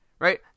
right